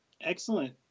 Excellent